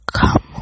come